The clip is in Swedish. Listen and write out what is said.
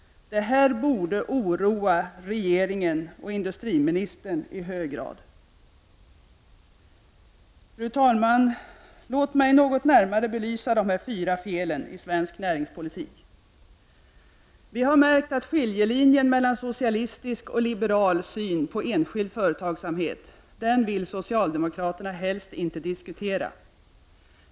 Det här borde oroa regeringen och industriministern i hög grad. Fru talman! Låt mig något närmare belysa de här fyra felen i svensk näringspolitik. Vi har märkt att socialdemokraterna helst inte vill diskutera skiljelinjen mellan socialistisk och liberal syn på enskild företagsamhet.